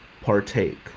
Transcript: partake